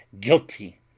guilty